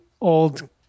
old